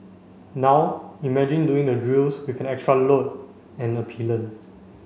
now imagine doing the drills with an extra load and a pillion